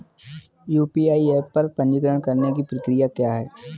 UPI app पर पंजीकरण करने की प्रक्रिया क्या है?